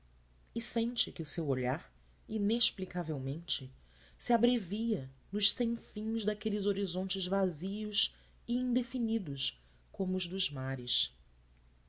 e sente que o seu olhar inexplicavelmente se abrevia nos sem fins daqueles horizontes vazios e indefinidos como os dos mares